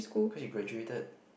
cause he graduated